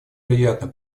приятно